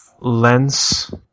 lens